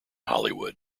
hollywood